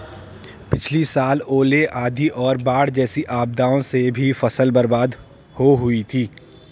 पिछली साल ओले, आंधी और बाढ़ जैसी आपदाओं से भी फसल बर्बाद हो हुई थी